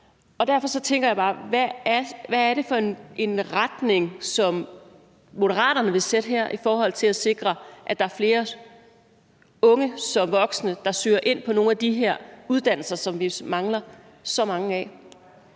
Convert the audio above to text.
Derfor tænker jeg bare: Hvad er det for en retning, som Moderaterne vil sætte her, i forhold til at sikre, at der er flere unge og voksne, der søger ind på nogle af de her uddannelser, hvor vi mangler så mange? Kl.